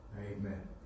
Amen